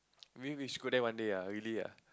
really reach school one day ah really ah